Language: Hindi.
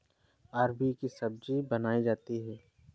अरबी की सब्जी बनायीं जाती है